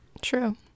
True